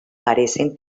parecen